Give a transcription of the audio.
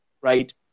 right